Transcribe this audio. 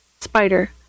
spider